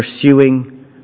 pursuing